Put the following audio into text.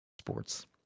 Sports